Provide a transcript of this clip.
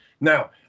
Now